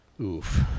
Oof